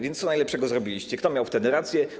Więc co najlepszego zrobiliście, kto miał wtedy rację?